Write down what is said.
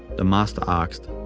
the master asked,